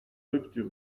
rupture